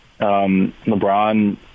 LeBron